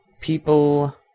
people